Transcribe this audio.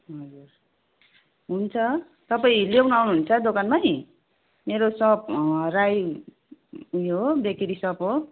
हजुर हुन्छ तपाईँ ल्याउनु आउनु हुन्छ दोकानमै मेरो सप राई उयो हो बेकरी सप हो